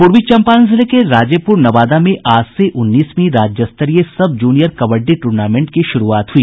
पूर्वी चंपारण जिले के राजेपूर नवादा में आज से उन्नीसवीं राज्य स्तरीय सब जूनियर कबड्डी टूर्नामेंट की शुरूआत हुई